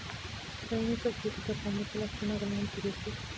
ಸೈನಿಕ ಕೀಟದ ಪ್ರಮುಖ ಲಕ್ಷಣಗಳನ್ನು ತಿಳಿಸಿ?